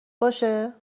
باشه